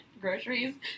groceries